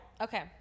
okay